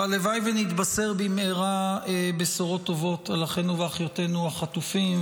הלוואי שנתבשר במהרה בשורות טובות על אחינו ואחיותינו החטופים,